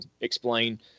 explain